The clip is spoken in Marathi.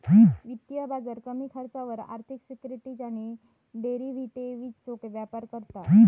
वित्तीय बाजार कमी खर्चावर आर्थिक सिक्युरिटीज आणि डेरिव्हेटिवजचो व्यापार करता